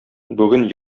бүген